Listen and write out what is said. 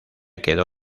quedó